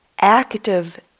active